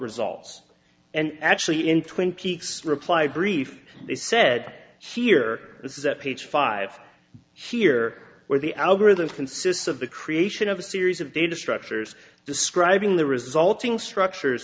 results and actually in twin peaks reply brief they said here this is at page five here where the algorithm consists of the creation of a series of data structures describing the resulting structures